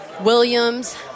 Williams